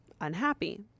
unhappy